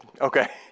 Okay